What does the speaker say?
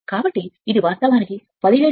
కాబట్టి ఇది వాస్తవానికి 1 11770 వాట్